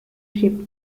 ship